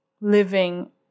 living